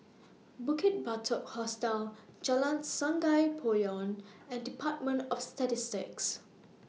Bukit Batok Hostel Jalan Sungei Poyan and department of Statistics